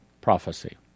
PROPHECY